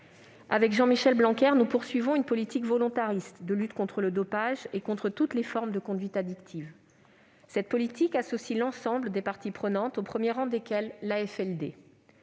Jean-Michel Blanquer et moi-même poursuivons une politique volontariste de lutte contre le dopage et toutes les formes de conduites addictives. Cette politique associe l'ensemble des parties prenantes, au premier rang desquelles